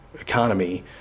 economy